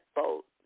boat